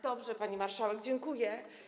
Dobrze, pani marszałek, dziękuję.